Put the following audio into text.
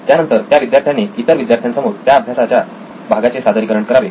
त्यानंतर त्या विद्यार्थ्याने इतर विद्यार्थ्यांसमोर त्या अभ्यासाच्या भागाचे सादरीकरण करावे